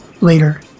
later